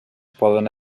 poden